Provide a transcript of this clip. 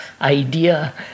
idea